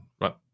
right